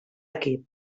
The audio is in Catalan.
equip